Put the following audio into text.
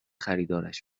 خریدارش